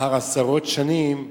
לאחר עשרות שנים,